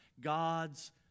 God's